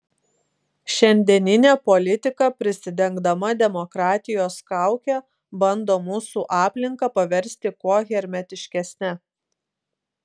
šiandieninė politika prisidengdama demokratijos kauke bando mūsų aplinką paversti kuo hermetiškesne